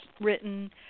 written